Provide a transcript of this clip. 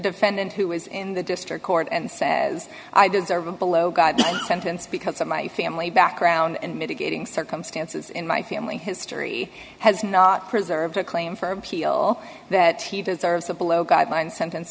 defendant who is in the district court and says i deserve a below god sentence because of my family background and mitigating circumstances in my family history has not preserved a claim for appeal that he deserves a blow guideline sentence